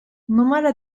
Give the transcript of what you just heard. numara